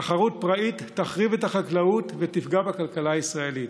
תחרות פראית תחריב את החקלאות ותפגע בכלכלה הישראלית.